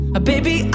Baby